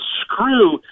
screw